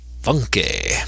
Funky